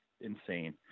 insane